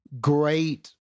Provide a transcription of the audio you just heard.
great